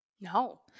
No